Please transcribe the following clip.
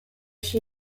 she